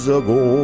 ago